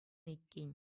иккен